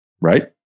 right